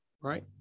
right